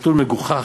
נתון מגוחך,